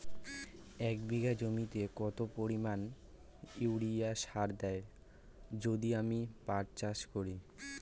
এক বিঘা জমিতে কত পরিমান ইউরিয়া সার দেব যদি আমি পাট চাষ করি?